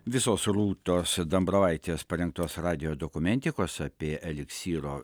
visos rūtos dambravaitės parengtos radijo dokumentikos apie eliksyro